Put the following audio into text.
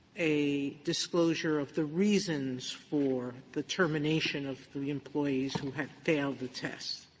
a disclosure of the reasons for the termination of the the employees who had failed the test.